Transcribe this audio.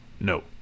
No